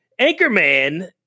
Anchorman